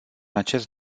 acest